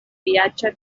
viatge